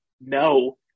no